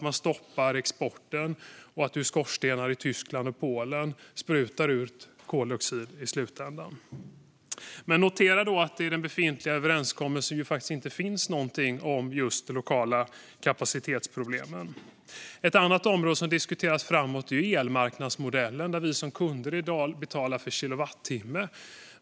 Man stoppar exporten, och ur skorstenar i Tyskland och Polen sprutar det i slutändan ut koldioxid. Notera att det i den befintliga överenskommelsen inte finns någonting om just de lokala kapacitetsproblemen. Ett annat område som diskuteras framåt är elmarknadsmodellen där vi som kunder i dag betalar per kilowattimme.